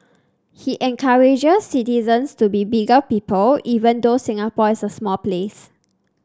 he encourages citizens to be bigger people even though Singapore is a small place